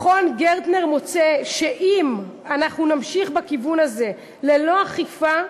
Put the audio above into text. מכון גרטנר מוצא שאם אנחנו נמשיך בכיוון הזה ללא אכיפה,